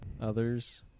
others